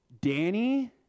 Danny